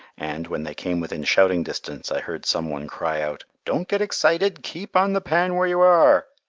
and, when they came within shouting distance, i heard some one cry out, don't get excited. keep on the pan where you are.